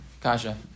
Kasha